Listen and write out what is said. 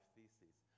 Theses